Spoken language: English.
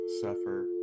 suffer